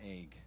egg